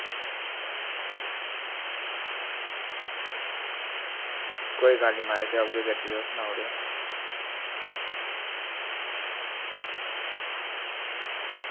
कोई गल्ल निं महाराज पजाई ओड़गे गड्डी तुस सनाई ओड़ेओ